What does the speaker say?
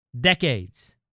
decades